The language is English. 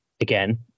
again